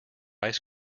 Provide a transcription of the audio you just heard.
ice